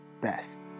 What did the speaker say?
best